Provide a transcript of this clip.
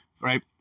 Right